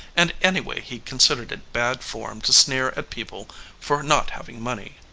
and anyway he considered it bad form to sneer at people for not having money.